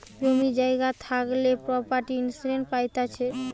জমি জায়গা থাকলে প্রপার্টি ইন্সুরেন্স পাইতিছে